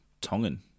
Tongan